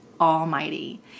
almighty